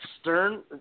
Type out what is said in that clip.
Stern